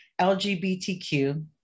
LGBTQ